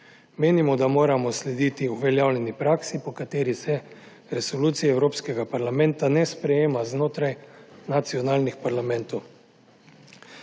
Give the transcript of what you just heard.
Menimo, da moramo slediti uveljavljeni praksi, po kateri se resolucije Evropskega parlamenta ne sprejema znotraj nacionalnih parlamentov.